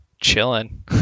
chilling